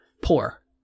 poor